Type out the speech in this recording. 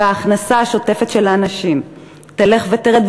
וההכנסה השוטפת של האנשים תלך ותרד,